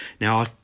now